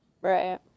Right